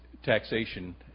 Taxation